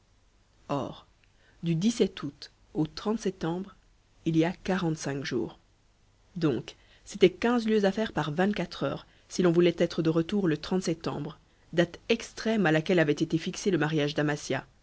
or du août au septembre il y a quarante-cinq jours donc c'était quinze lieues à faire par vingt-quatre heures si l'on voulait être de retour le septembre date extrême à laquelle avait été fixé le mariage d'amasia